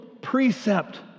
precept